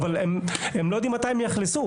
הם לא יודעים מתי הם יאכלסו.